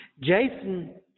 Jason